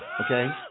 Okay